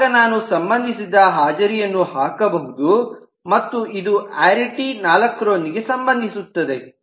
ಆಗ ನಾನು ಸಂಬಂಧಿಸಿದ ಹಾಜರಿಯನ್ನು ಹಾಕಬಹುದು ಮತ್ತು ಇದು ಆರಿಟಿ ನಾಲ್ಕರೊಂದಿಗೆ ಸಂಬಂಧಿಸುತದೆ